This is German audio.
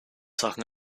sachen